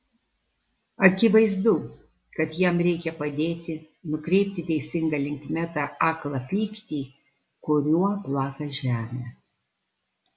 akivaizdu kad jam reikia padėti nukreipti teisinga linkme tą aklą pyktį kuriuo plaka žemę